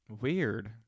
Weird